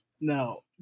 No